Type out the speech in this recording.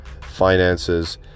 finances